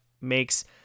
makes